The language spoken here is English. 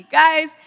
guys